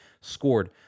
scored